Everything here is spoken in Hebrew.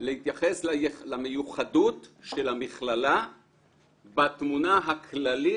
להתייחס למיוחדות של המכללה בתמונה הכללית